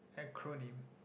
acronym